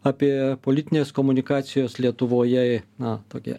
apie politinės komunikacijos lietuvoje na tokią